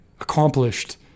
accomplished